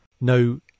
no